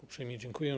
Uprzejmie dziękuję.